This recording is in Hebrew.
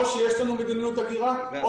או שיש לנו מדיניות הגירה,